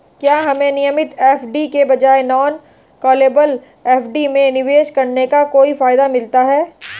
क्या हमें नियमित एफ.डी के बजाय नॉन कॉलेबल एफ.डी में निवेश करने का कोई फायदा मिलता है?